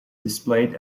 displayed